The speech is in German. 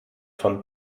von